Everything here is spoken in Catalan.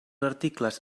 articles